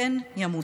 פן ימותו.